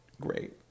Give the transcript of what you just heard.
great